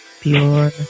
pure